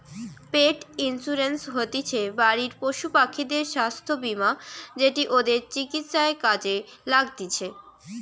পেট insurance হতিছে বাড়ির পশুপাখিদের স্বাস্থ্য বীমা যেটি ওদের চিকিৎসায় কাজে লাগতিছে